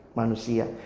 manusia